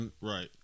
Right